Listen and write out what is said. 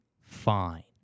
fine